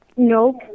Nope